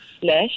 slash